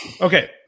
okay